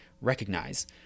recognize